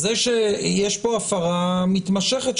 אז יש פה הפרה מתמשכת,